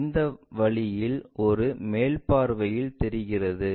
இந்த வழியில் அது மேல் பார்வையில் தெரிகிறது